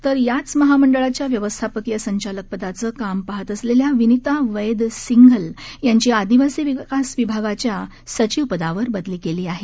तर याच महामंडळाच्या व्यवस्थापकीय संघालकपदायं काम पाहत असलेल्या विनिता वध्धसिंघल यांची आदिवासी विकास विभागाच्या सधिव पदावर बदली केली आहे